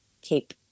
keep